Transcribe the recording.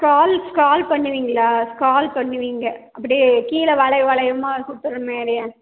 crawl crawl பண்ணுவீங்களா crawl பண்ணுவீங்க அப்படியே கீழே வளைவு வளைவமாக சுற்றுற மாரியானா